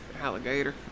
Alligator